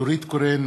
נורית קורן,